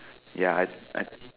ya I I